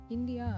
India